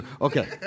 Okay